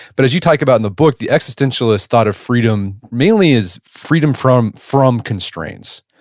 but as you talk about in the book, the existentialist thought of freedom mainly is freedom from from constraints.